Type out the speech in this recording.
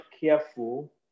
careful